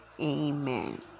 Amen